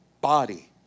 body